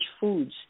foods